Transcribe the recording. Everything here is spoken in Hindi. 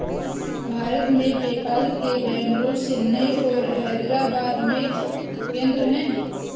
भारत में, पेपाल के बेंगलुरु, चेन्नई और हैदराबाद में केंद्र हैं